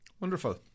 wonderful